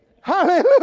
Hallelujah